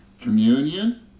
communion